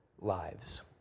lives